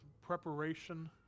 preparation